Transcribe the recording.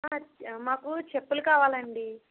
sir మాకు చెప్పులు కావాలండి